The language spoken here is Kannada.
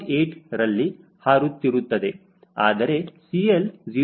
8 ರಲ್ಲಿ ಹಾರುತ್ತಿರುತ್ತದೆ ಆದರೆ CL 0